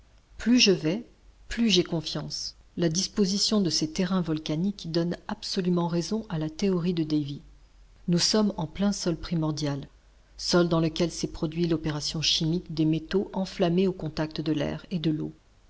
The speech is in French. plus je vais plus j'ai confiance la disposition de ces terrains volcaniques donne absolument raison à la théorie de davy nous sommes en plein sol primordial sol dans lequel s'est produit l'opération chimique des métaux enflammés au contact de l'air et de l'eau